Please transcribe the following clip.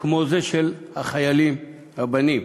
לזה של החיילים הבנים.